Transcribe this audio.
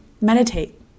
Meditate